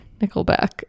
Nickelback